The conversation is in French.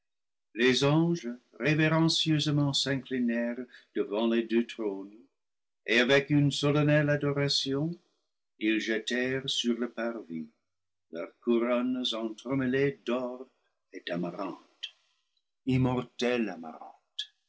les anges révérencieusement s'inclinèrent devant les deux trônes et avec une solennelle adoration ils jetèrent sur le parvis leurs couronnes entremêlées d'or et d'amarante immortelle